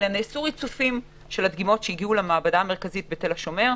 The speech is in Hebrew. אלא נעשו ריצופים של הדגימות שהגיעו למעבדה המרכזית בתל השומר.